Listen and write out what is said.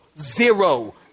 zero